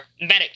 Medic